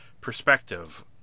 perspective